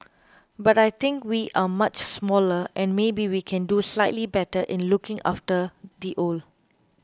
but I think we are much smaller and maybe we can do slightly better in looking after the old